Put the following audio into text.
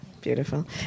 Beautiful